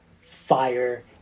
fire